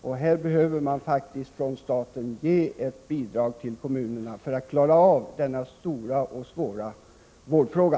Men staten behöver faktiskt ge kommunerna ett bidrag för att de skall klara av denna stora och svåra vårdfråga.